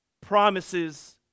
promises